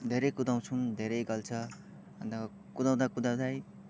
धेरै कुदाउँछौँ धेरै गल्छ अन्त कुदाउँदा कुदाउँदै